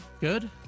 Good